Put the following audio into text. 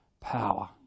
power